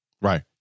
Right